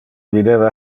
videva